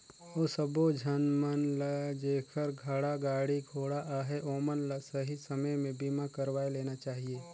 अउ सबो झन मन ल जेखर जघा गाड़ी घोड़ा अहे ओमन ल सही समे में बीमा करवाये लेना चाहिए